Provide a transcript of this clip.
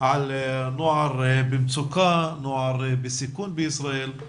על נוער במצוקה, נוער בסיכון בישראל.